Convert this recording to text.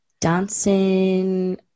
dancing